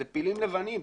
אלה פילים לבנים.